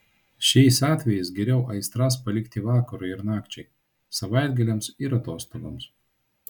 šiais atvejais geriau aistras palikti vakarui ir nakčiai savaitgaliams ir atostogoms